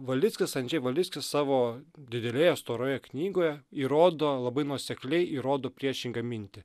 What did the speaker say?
valickas andžej valickis savo didelėje storoje knygoje įrodo labai nuosekliai įrodo priešingą mintį